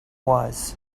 was